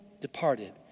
departed